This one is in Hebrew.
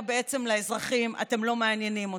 אומר לאזרחים: אתם לא מעניינים אותי.